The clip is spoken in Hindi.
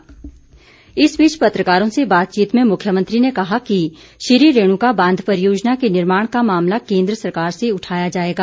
जयराम इस बीच पत्रकारों से बातचीत में मुख्यमंत्री ने कहा कि श्री रेणुका बांध परियोजना के निर्माण का मामला केन्द्र सरकार से उठाया जाएगा